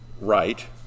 right